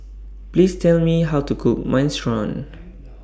Please Tell Me How to Cook Minestrone